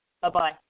Bye-bye